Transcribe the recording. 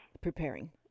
preparing